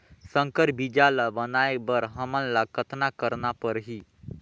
संकर बीजा ल बनाय बर हमन ल कतना करना परही?